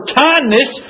kindness